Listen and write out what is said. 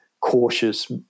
cautious